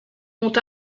ont